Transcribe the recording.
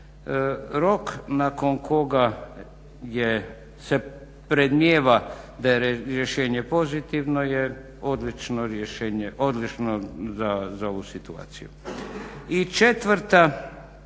Rok nakon koga se predmnijeva da je rješenje pozitivno je odlično rješenje, odlično za